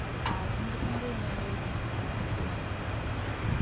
ᱟᱨ ᱩᱱ ᱡᱚᱠᱷᱚᱱ ᱜᱮ ᱧᱮᱞ ᱛᱮᱱᱟᱜ ᱫᱚ